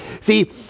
See